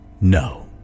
No